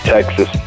Texas